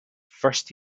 first